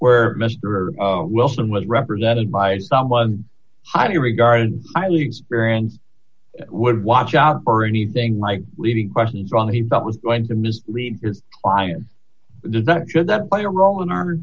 where mr wilson was represented by someone highly regarded highly experienced would watch out for anything like leading questions wrong he thought was going to mislead his client does that should that play a role in our